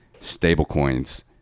stablecoins